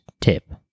tip